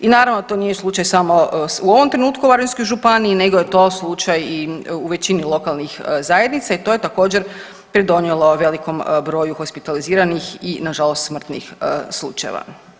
I naravno to nije slučaj samo u ovom trenutku u Varaždinskoj županiji nego je to slučaj i u većini lokalnih zajednica i to je također pridonijelo velikom broju hospitaliziranih i nažalost smrtnih slučajeva.